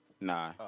Nah